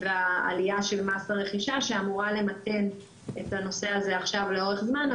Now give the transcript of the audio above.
והעליה של מס הרכישה שאמורה למתן את הנושא הזה עכשיו לאורך זמן,